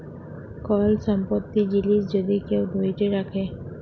call সম্পত্তির জিলিস যদি কেউ ধ্যইরে রাখে